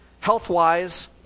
health-wise